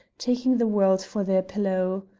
taking the world for their pillow.